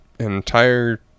Entire